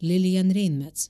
lilijan reinmets